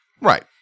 Right